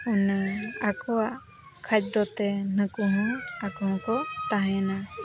ᱚᱱᱟ ᱟᱠᱚᱣᱟᱜ ᱠᱷᱟᱫᱽᱫᱚ ᱛᱮ ᱦᱟᱹᱠᱩ ᱦᱚᱸ ᱟᱠᱚ ᱦᱚᱸᱠᱚ ᱛᱟᱦᱮᱱᱟ